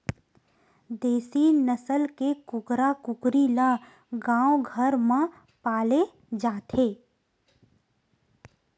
देसी नसल के कुकरा कुकरी ल गाँव घर म पाले जाथे